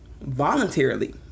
voluntarily